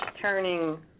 turning